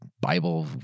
Bible